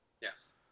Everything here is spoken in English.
Yes